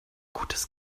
gutes